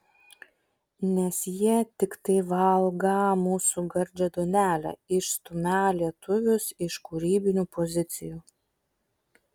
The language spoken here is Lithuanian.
nes jie tiktai valgą mūsų gardžią duonelę išstumią lietuvius iš kūrybinių pozicijų